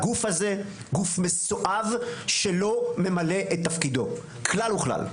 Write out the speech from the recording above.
הגוף הזה הוא גוף מסואב שלא ממלא את תפקידו כלל וכלל.